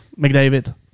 McDavid